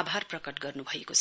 आभार प्रकट गर्नु भएको छ